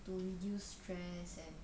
to reduce stress and